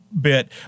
bit